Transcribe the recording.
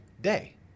day